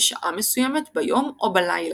בשעה מסוימת ביום או בלילה.